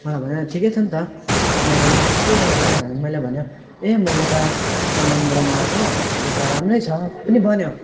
मलाई भन्यो ठिकै छ नि त मैले पनि केबाट पायौ मैले भनेँ ए मैले त अनलाइनबाट मगाएको त्यो जुत्ता राम्रै छ पनि भन्यो